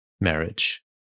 marriage